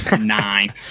Nine